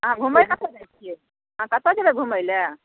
अहाँ घूमए लऽ कतहुँ जाइत छियै अहाँ कतऽ जेबै घूमए लै